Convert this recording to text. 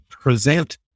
present